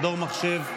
מדור מחשב,